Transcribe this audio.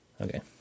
Okay